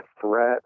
threat